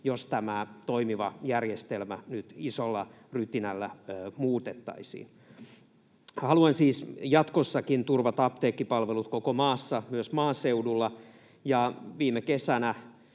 jos tämä toimiva järjestelmä nyt isolla rytinällä muutettaisiin. Haluan siis jatkossakin turvata apteekkipalvelut koko maassa, myös maaseudulla. Viime kesänä